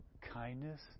Kindness